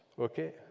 okay